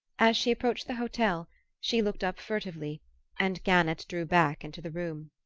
as she approached the hotel she looked up furtively and gannett drew back into the room.